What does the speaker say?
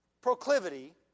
proclivity